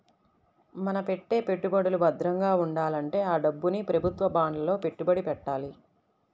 మన పెట్టే పెట్టుబడులు భద్రంగా ఉండాలంటే ఆ డబ్బుని ప్రభుత్వ బాండ్లలో పెట్టుబడి పెట్టాలి